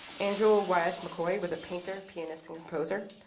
andrew ah wyeth mccoy was a painter, pianist and composer.